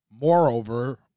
moreover